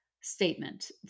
statement